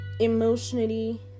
emotionally